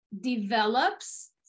develops